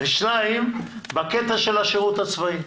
שנית, בקטע של השירות הצבאי,